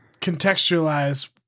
contextualize